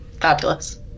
fabulous